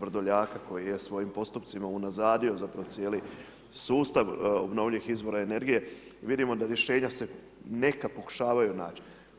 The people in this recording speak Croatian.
Vrdoljaka koji je svojim postupcima unazadio zapravo cijeli sustav obnovljivih izvora energije, vidimo da rješenja se neka pokušavaju naći.